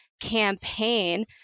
campaign